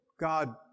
God